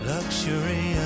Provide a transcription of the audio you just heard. Luxury